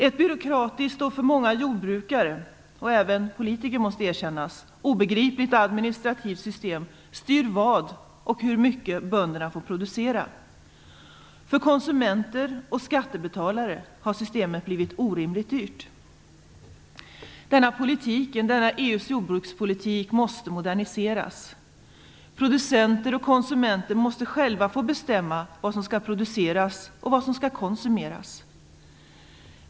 Ett byråkratiskt och för många jordbrukare - och även för politiker, måste det erkännas - obegripligt administrativt system styr vad och hur mycket bönderna får producera. För konsumenter och skattebetalare har systemet blivit orimligt dyrt. Denna EU:s jordbrukspolitik måste moderniseras. Producenter och konsumenter måste själva få bestämma vad som skall produceras och vad som skall konsumeras.